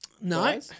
No